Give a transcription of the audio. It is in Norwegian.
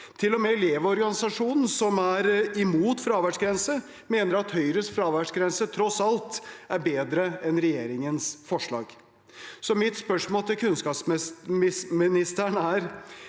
Til og med Elevorganisasjonen, som er imot fraværsgrense, mener at Høyres fraværsgrense tross alt er bedre enn regjeringens forslag. Mitt spørsmål til kunnskapsministeren er: